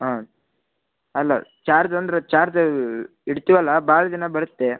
ಹೌದು ಅಲ್ಲ ಚಾರ್ಜ್ ಅಂದರೆ ಚಾರ್ಜರ್ ಇಡ್ತೀವಲ್ಲ ಭಾಳ ದಿನ ಬರುತ್ತೆ